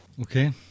Okay